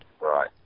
right